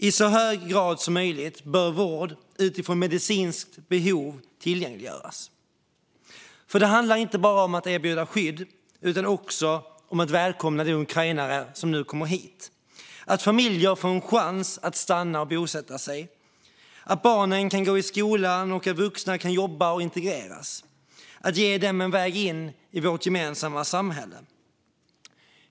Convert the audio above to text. I så hög grad som möjligt bör vård utifrån medicinska behov tillgängliggöras. Det handlar inte bara om att erbjuda skydd utan också om att välkomna de ukrainare som nu kommer hit, att familjer får en chans att stanna och bosätta sig, att barnen kan gå i skola och att vuxna kan jobba och integreras - att ge dem en väg in i vårt gemensamma samhälle.